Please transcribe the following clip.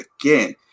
again